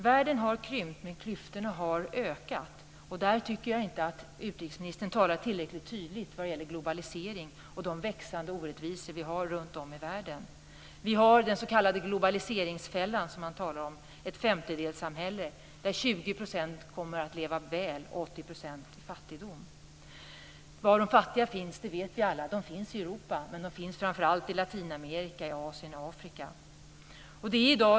Världen har krympt, men klyftorna har ökat. Jag tycker inte att utrikesministern talar tillräckligt tydligt om globalisering och de växande orättvisor vi har runt om i världen. Vi har den s.k. globaliseringsfällan som man talar om, ett femtedelssamhälle där 20 % kommer att leva väl och 80 % i fattigdom. Var de fattiga finns vet vi alla. De finns i Europa, men de finns framför allt i Latinamerika, i Asien och i Afrika.